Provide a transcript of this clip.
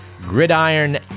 Gridiron